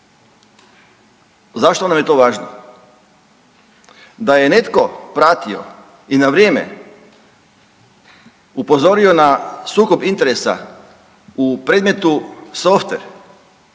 zašto nam je to važno? Da je netko pratio i na vrijeme upozorio na sukob interesa u predmetu softver